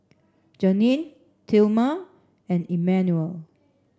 Janae Tilman and Emmanuel